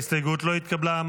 ההסתייגות לא התקבלה.